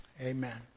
Amen